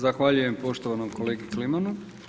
Zahvaljujem poštovanom kolegi Klimanu.